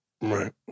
right